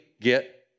get